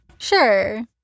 Sure